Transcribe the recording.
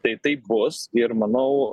tai taip bus ir manau